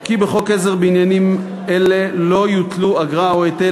כי בחוק עזר בעניינים אלו לא יוטלו אגרה או היטל